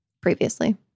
previously